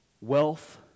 wealth